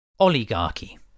Oligarchy